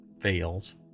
fails